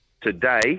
today